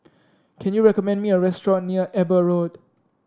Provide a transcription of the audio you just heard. can you recommend me a restaurant near Eber Road